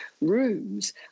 rooms